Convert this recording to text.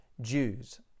Jews